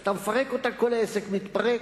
כשאתה מפרק אותה, כל העסק מתפרק.